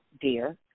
dear